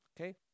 Okay